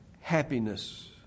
happiness